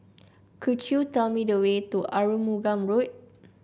could you tell me the way to Arumugam Road